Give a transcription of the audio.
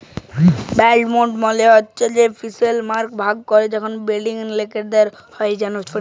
বল্ড market মালে হছে financial মার্কেটটর একট ভাগ যেখালে বল্ডের লেলদেল ক্যরা হ্যয়